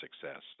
success